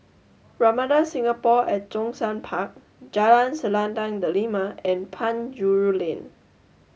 Ramada Singapore at Zhongshan Park Jalan Selendang Delima and Penjuru Lane